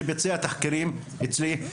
שביצע תחקירים אצלי.